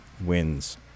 wins